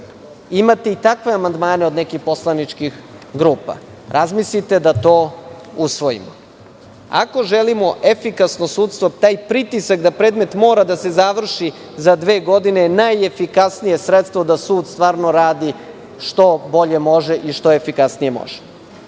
Imate i takve amandmane od nekih poslaničkih grupa. Razmislite da to usvojimo. Ako želimo efikasno sudstvo, taj pritisak da predmet mora da se završi za dve godine je najefikasnije sredstvo da sud stvarno radi što bolje može i što efikasnije može. Druga